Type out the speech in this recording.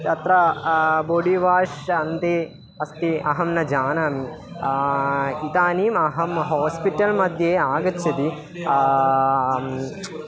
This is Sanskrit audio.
तत्र बोडि वाश् अन्ते अस्ति अहं न जानामि इदानीम् अहं हास्पिटल् मध्ये आगच्छति